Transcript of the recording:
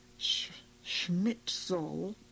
schmitzol